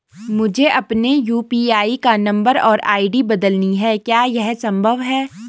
मुझे अपने यु.पी.आई का नम्बर और आई.डी बदलनी है क्या यह संभव है?